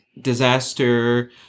disaster